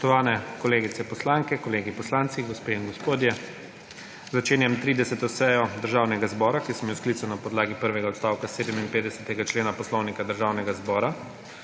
Spoštovani kolegice poslanke, kolegi poslanci, gospe in gospodje! Začenjam 30. sejo Državnega zbora, ki sem jo sklical na podlagi prvega odstavka 57. člena Poslovnika Državnega zbora.